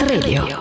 Radio